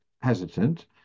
hesitant